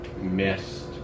missed